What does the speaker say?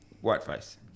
whiteface